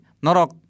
Norok